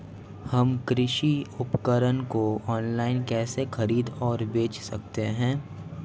हम कृषि उपकरणों को ऑनलाइन कैसे खरीद और बेच सकते हैं?